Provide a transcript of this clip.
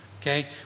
Okay